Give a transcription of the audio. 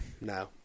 No